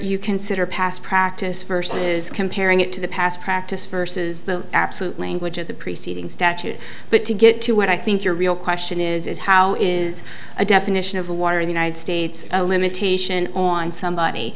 you consider past practice versus comparing it to the past practice versus the absolutely the preceding statute but to get to what i think your real question is how is a definition of water in the united states a limitation on somebody